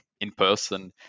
in-person